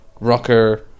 rocker